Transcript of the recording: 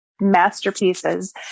masterpieces